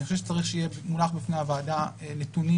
אני חושב שצריך שיהיו מונחים בפני הוועדה נתונים